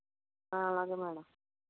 ఆ అలాగే మేడం